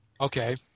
Okay